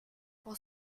pour